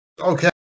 okay